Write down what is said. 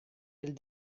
del